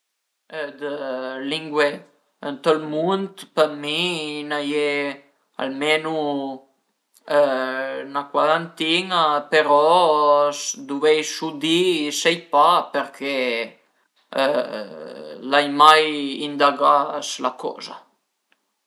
Dë lingue ënt ël mund për mi i ën ie almenu 'na cuarantina, però duveisu di sai pa perché l'ai mai indagà s'la coza